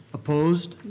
opposed?